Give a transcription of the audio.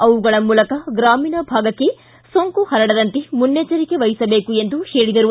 ಅವುಗಳ ಮೂಲಕ ಗ್ರಾಮೀಣ ಭಾಗಕ್ಕೆ ಸೋಂಕು ಪರಡದಂತೆ ಮುನ್ನೆಚ್ವರಿಕೆ ವಹಿಸಬೇಕು ಎಂದು ಹೇಳಿದರು